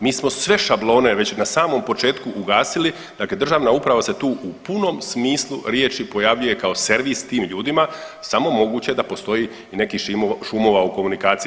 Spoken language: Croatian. Mi smo sve šablone već na samom početku ugasili, dakle državna uprava se tu u punom smislu riječi pojavljuje kao servis tim ljudima, samo moguće da postoji nekih šumova u komunikaciji.